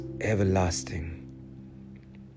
everlasting